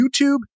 YouTube